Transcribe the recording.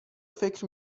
فکر